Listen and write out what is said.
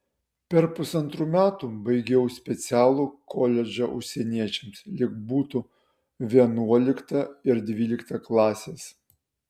per pusantrų metų baigiau specialų koledžą užsieniečiams lyg būtų vienuolikta ir dvylikta klasės